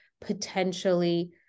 potentially